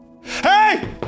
Hey